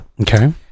Okay